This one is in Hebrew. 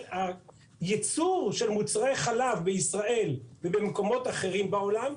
הייצור של מוצרי חלב בישראל ובמקומות אחרים בעולם,